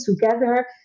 together